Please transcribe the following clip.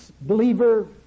believer